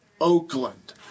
Oakland